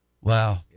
Wow